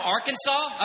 Arkansas